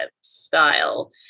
style